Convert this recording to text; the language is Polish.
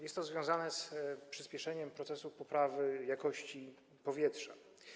Jest to związane z przyspieszeniem procesu poprawy jakości powietrza.